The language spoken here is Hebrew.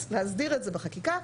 להסדיר את זה לחקיקה,